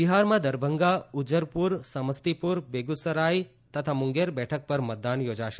બિહારમાં દરભંગા ઉજ્જરપુર સમસ્તીપુર બેગુસરાઇ તથા મુંગેર બેઠક પર મતદાન યોજાશે